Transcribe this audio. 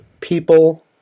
people